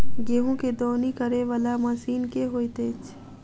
गेंहूँ केँ दौनी करै वला मशीन केँ होइत अछि?